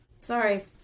Sorry